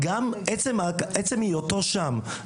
עצם היותו שם,